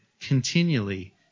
continually